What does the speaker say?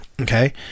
Okay